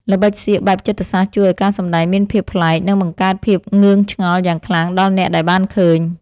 ល្បិចសៀកបែបចិត្តសាស្ត្រជួយឱ្យការសម្តែងមានភាពប្លែក និង បង្កើតភាពងឿងឆ្ងល់យ៉ាងខ្លាំងដល់អ្នកដែលបានឃើញ។